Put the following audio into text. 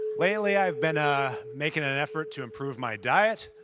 lately, i have been ah making an effort to improve my diet,